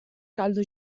caldo